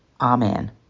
Amen